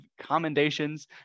commendations